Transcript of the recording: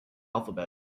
alphabet